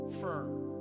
firm